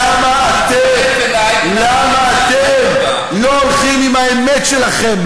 תצטרף אלי, למה אתם לא הולכים עם האמת שלכם?